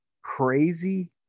crazy